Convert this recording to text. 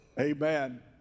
Amen